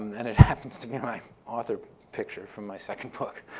and it happens to be my author picture from my second book.